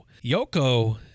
Yoko